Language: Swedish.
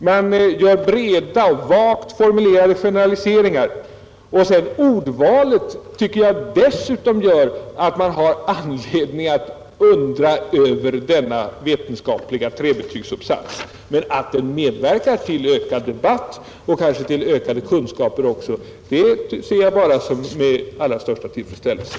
Man gör breda och vagt formulerade generaliseringar. Dessutom tycker jag att ordvalet gör att man har anledning att undra över denna vetenskapliga trebetygsuppsats. Men att den medverkar till ökad debatt och kanske även ökade kunskaper ser jag med allra största tillfredsställelse.